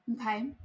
Okay